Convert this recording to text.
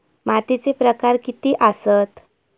मातीचे प्रकार किती आसत?